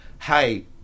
hey